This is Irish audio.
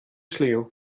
sliabh